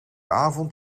avond